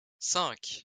cinq